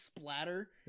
splatter